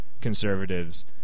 conservatives